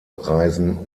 reisen